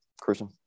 christian